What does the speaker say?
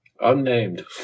unnamed